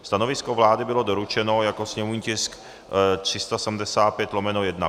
Stanovisko vlády bylo doručeno jako sněmovní tisk 375/1.